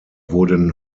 wurden